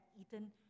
eaten